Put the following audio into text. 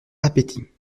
appétit